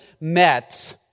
met